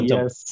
Yes